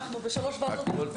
סליחה, אנחנו בשלוש ועדות במקביל.